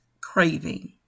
craving